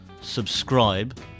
subscribe